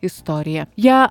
istoriją ją